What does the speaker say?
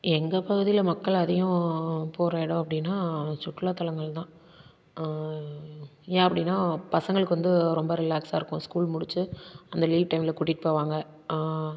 எங்கள் பகுதியில் மக்கள் அதிகம் போகிற இடம் அப்படின்னா சுற்றுலாத் தலங்கள் தான் ஏன் அப்படின்னா பசங்களுக்கு வந்து ரொம்ப ரிலாக்ஸாக இருக்கும் ஸ்கூல் முடித்து அந்த லீவ் டைமில் கூட்டிட்டு போவாங்க